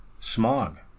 smog